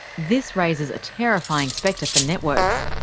this raises a terrifying spectre for networks,